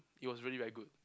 it was really very good